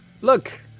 Look